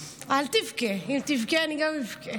אל תבכה, אם תבכה אני גם אבכה.